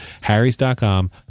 harrys.com